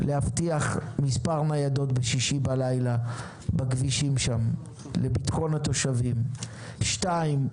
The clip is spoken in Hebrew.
להבטיח מספר ניידות בשישי בלילה בכבישים שם לביטחון לתושבים; שניים,